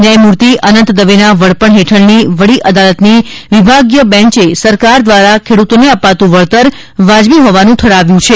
ન્યાયમૂર્તિ અનંત દવેના વડપણ હેઠળની વડી અદાલતની વિભાગીય બેન્ચે સરકાર દ્વારા ખેડ્રતોને અપાતું વળતર વાજબી હોવાનું ઠરાવ્યું છે